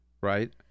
right